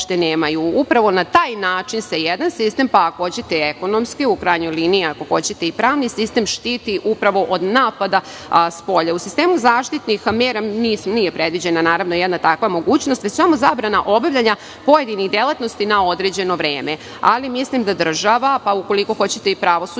Upravo se na taj način jedan sistem, pa ako hoćete i ekonomski, u krajnjoj liniji ako hoćete i pravni sistem, štiti upravo od napada s polja. U sistemu zaštitnih mera nije predviđena jedna takva mogućnost već samo zabrana pojedinih delatnosti na određeno vreme. Mislim da država, pa ukoliko hoćete i pravosuđe,